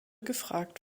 gefragt